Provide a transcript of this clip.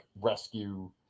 rescue